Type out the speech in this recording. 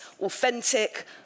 authentic